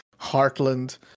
heartland